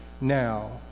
now